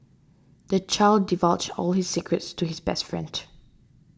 the child divulged all his secrets to his best friend